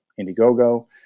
Indiegogo